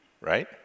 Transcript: right